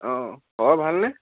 অঁ খবৰ ভালনে